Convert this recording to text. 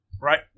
Right